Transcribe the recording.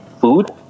food